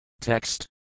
Text